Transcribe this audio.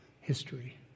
history